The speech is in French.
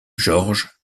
george